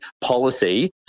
policy